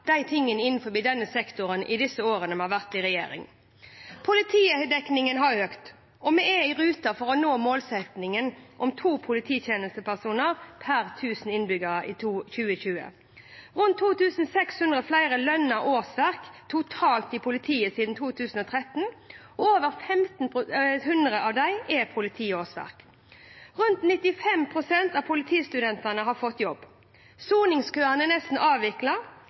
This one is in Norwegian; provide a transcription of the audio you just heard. de årene vi har vært i regjering: Politidekningen har økt, og vi er i rute for å nå målsettingen om to polititjenestepersoner per 1 000 innbyggere i 2020. Det er rundt 2 600 flere lønnede årsverk totalt i politiet siden 2013, og over 1 500 av dem er politiårsverk. Rundt 95 pst. av politistudentene har fått jobb. Soningskøene er nesten